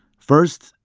first,